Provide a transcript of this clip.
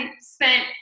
spent